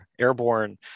airborne